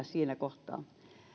siinä kohtaa löytää